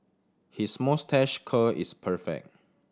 his moustache curl is perfect